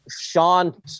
Sean